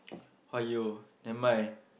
!aiyo! never mind